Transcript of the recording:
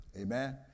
Amen